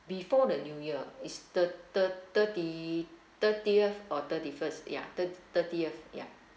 before the new year is thir~ thir~ thirty thirtieth or thirty first ya thir~ thirtieth ya